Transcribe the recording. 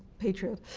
patriot